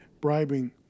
bribing